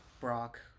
Brock